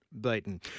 beaten